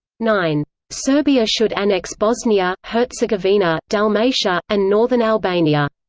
nine serbia should annex bosnia, herzegovina, dalmatia, and northern albania